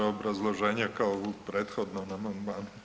Obrazloženje kao u prethodnom amandmanu.